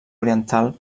oriental